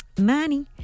money